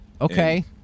okay